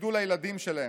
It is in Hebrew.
בגידול הילדים שלהם.